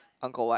Angkor-Wat